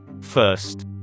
First